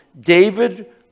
David